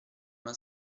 una